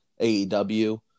AEW